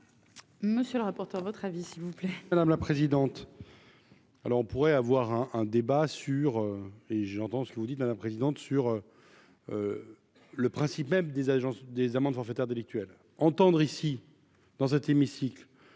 monsieur le rapporteur, votre avis s'il vous plaît.